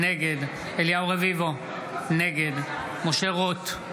נגד אליהו רביבו, נגד משה רוט,